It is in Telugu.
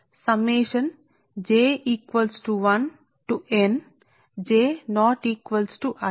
కాబట్టి ఈ సందర్భంలో మనం చూసినది ఏమిటంటే λ దీనిని 0